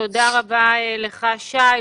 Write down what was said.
תודה רבה לך, שי.